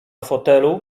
fotelu